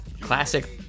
classic